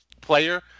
player